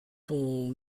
ton